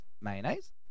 mayonnaise